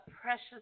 precious